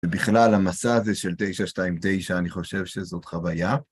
ובכלל, המסע הזה של 929, אני חושב שזאת חוויה.